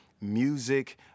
music